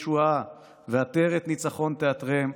ישועה ועטרת ניצחון תעטרם.